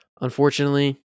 Unfortunately